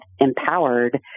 empowered